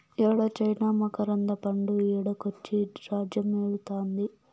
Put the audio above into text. యేడ చైనా మకరంద పండు ఈడకొచ్చి రాజ్యమేలుతాంది